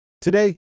Today